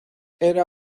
era